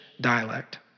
dialect